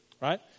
Right